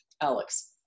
Alex